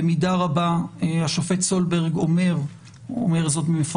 במידה רבה השופט סולברג אומר מפורשות